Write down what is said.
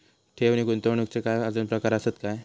ठेव नी गुंतवणूकचे काय आजुन प्रकार आसत काय?